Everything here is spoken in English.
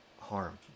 harm